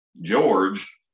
George